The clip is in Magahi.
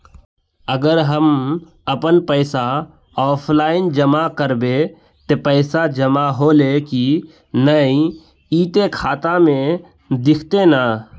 अगर हम अपन पैसा ऑफलाइन जमा करबे ते पैसा जमा होले की नय इ ते खाता में दिखते ने?